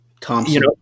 Thompson